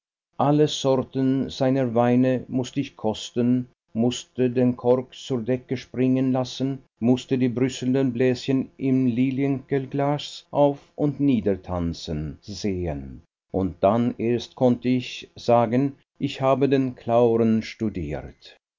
alle sorten seiner weine mußt ich kosten mußte den kork zur decke springen lassen mußte die brüsselnden bläschen im lilienkelchglas auf und niedertanzen sehen und dann erst konnte ich sagen ich habe den clauren studiert